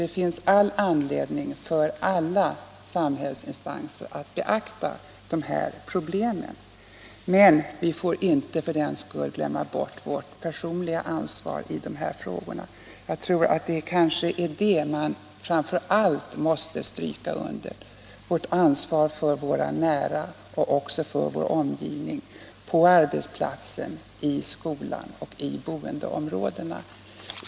Det finns all anledning för alla samhällsinstanser att beakta dessa problem, men vi får inte för den skull glömma bort vårt personliga ansvar i de här frågorna. Jag tror att det är detta man framför allt måste stryka under: Vårt ansvar för våra nära och också för vår omgivning — på arbetsplatsen, i skolan och i boendeområdena.